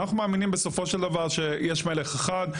אנחנו מאמינים בשלטון מרוסן,